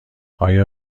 آیا